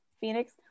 phoenix